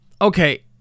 Okay